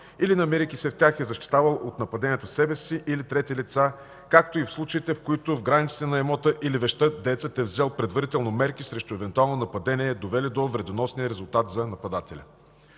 или намирайки се в тях е защитавал от нападението себе си или трети лица, както и в случаите, в които в границите на имота или вещта деецът е взел предварително мерки срещу евентуално нападение, довели до вредоносния резултат за нападателя.”